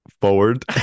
Forward